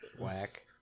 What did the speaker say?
Whack